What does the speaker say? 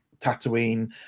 Tatooine